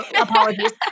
apologies